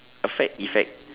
affect effect